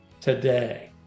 today